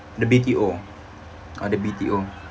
the B_T_O oh the B_T_O oh